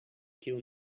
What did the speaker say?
kill